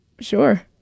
Sure